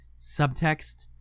subtext